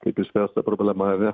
kaip išspręst tą problemą ar ne